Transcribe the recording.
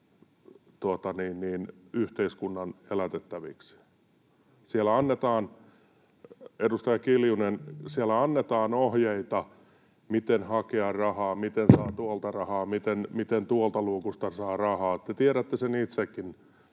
yhteiskunnan elätettäviksi. Siellä annetaan, edustaja Kiljunen, ohjeita, miten hakea rahaa, miten saa tuolta rahaa, miten tuolta luukusta saa rahaa. Te tiedätte sen itsekin.